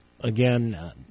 Again